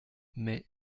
mais